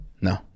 No